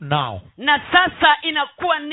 now